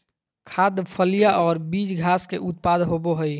खाद्य, फलियां और बीज घास के उत्पाद होबो हइ